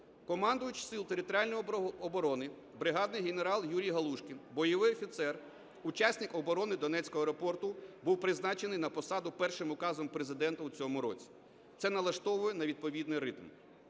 Командувач Сил територіальної оборони бригадний генерал Юрій Галушкін, бойовий офіцер, учасник оборони Донецького аеропорту був призначений на посаду першим Указом Президента у цьому році. Це налаштовує на відповідний ритм.